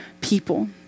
people